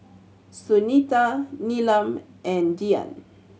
Sunita Neelam and Dhyan